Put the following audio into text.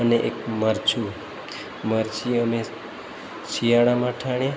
અને એક મરચું મરચી અમે શિયાળામાં ઠાણીએ